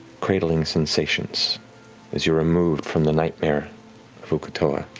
cradling sensations as you're removed from the nightmare of uk'otoa.